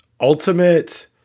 ultimate